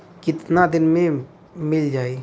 कितना दिन में मील जाई?